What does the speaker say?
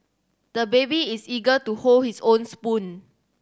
the baby is eager to hold his own spoon